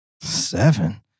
Seven